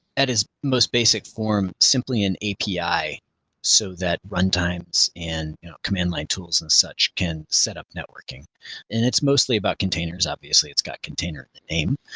at its most basic form, simply an api so that run times and command line tools and such can setup networking and it's mostly about containers. obviously, it's got container name,